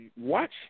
watch